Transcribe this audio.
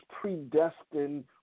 predestined